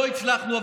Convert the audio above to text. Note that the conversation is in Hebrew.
לא הצלחנו.